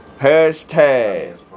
Hashtag